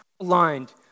Aligned